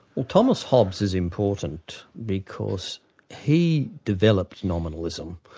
tomas hobbes is important because he developed nominalism.